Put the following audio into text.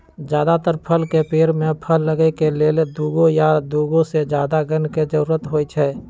जदातर फल के पेड़ में फल लगे के लेल दुगो या दुगो से जादा गण के जरूरत होई छई